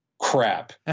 crap